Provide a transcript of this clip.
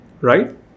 right